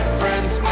friends